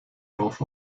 dorf